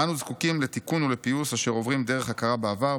אנו זקוקים לתיקון ולפיוס אשר עוברים דרך הכרה בעבר,